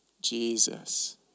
Jesus